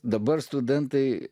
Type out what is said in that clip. dabar studentai